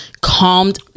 calmed